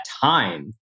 time